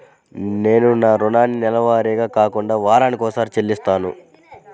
నేను నా రుణాన్ని నెలవారీగా కాకుండా వారానికోసారి చెల్లిస్తున్నాను